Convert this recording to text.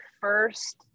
first